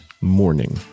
morning